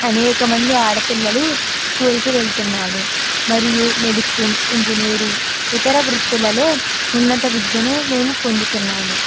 అనేకమంది ఆడపిల్లలు స్కూల్కి వెళ్తున్నాము మరియు మెడిసిన్ ఇంజనీరింగ్ ఇతర వృత్తులలో ఉన్నత విద్యను మేము పొందుతున్నాము